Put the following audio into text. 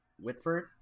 Whitford